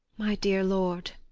my dear lord!